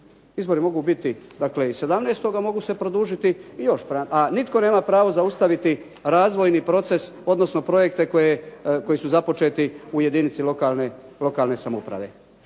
Izbori mogu biti i 17., a mogu se produžiti i još. A nitko nema pravo zaustaviti razvojni proces, odnosno projekte koji su započeti u jedinici lokalne, lokalne